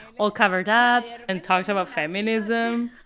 all covered up, and talked about feminism